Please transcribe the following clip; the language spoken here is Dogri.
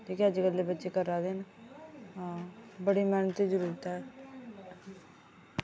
जेह्की अज्जकल दे बच्चे करा दे न हां बड़ी मैह्नत जरूरत ऐ